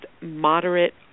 moderate